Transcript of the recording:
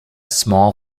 small